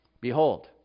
Behold